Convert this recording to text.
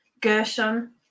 Gershon